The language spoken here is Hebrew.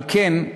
על כן,